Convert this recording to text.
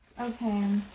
Okay